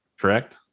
correct